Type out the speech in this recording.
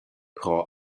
pro